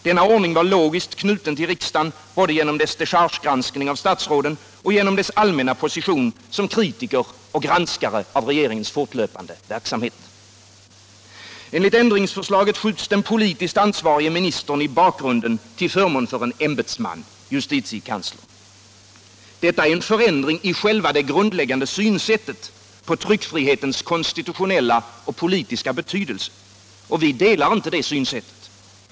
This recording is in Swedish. Denna ordning var logiskt knuten till riksdagen både genom dess dechargegranskning av statsråden och genom dess allmänna position som kritiker och granskare av regeringens fortlöpande verksamhet. Enligt ändringsförslaget skjuts den politiskt ansvarige ministern i bakgrunden till förmån för en ämbetsman, justitickanslern. Detta är en förändring i själva det grundläggande synsättet på tryckfrihetens konstitutionella och politiska betydelse. Vi delar icke detta synsätt.